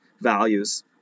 values